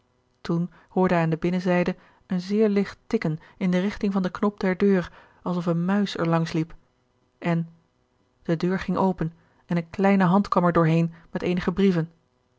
toen hoorde hij aan de binnenzijde een zeer licht tikken in de richting van den knop der deur als of een muis er langs liep en de deur ging open en eene kleine hand kwam er door heen met eenige brieven